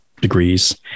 degrees